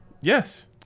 Yes